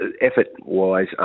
effort-wise